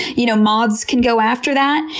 you know moths can go after that.